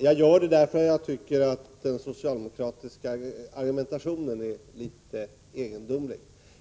Jag tar upp frågan därför att jag tycker att den socialdemokratiska argumentationen är litet egendomlig.